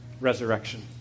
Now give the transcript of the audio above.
resurrection